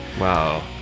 Wow